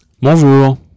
Bonjour